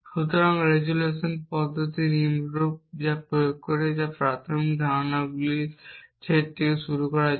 সুতরাং রেজোলিউশন পদ্ধতিটি নিম্নরূপ কাজ করে যা প্রাথমিক ধারাগুলির একটি সেট দিয়ে শুরু করা যাক